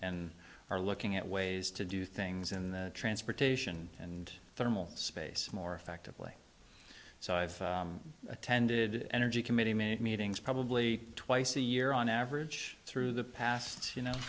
and are looking at ways to do things in the transportation and thermal space more effectively so i've attended energy committee made meetings probably twice a year on average through the past you know